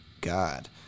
God